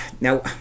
Now